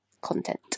content